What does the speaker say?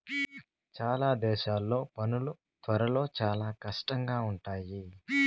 చాలా దేశాల్లో పనులు త్వరలో చాలా కష్టంగా ఉంటాయి